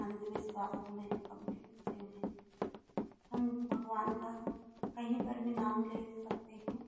अंधविश्वासों में अब भी फसे हुए है हम भगवान का कहीं पर भी नाम ले सकते हैं